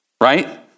right